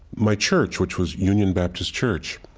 my church, which was union baptist church,